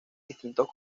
distintos